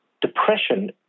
depression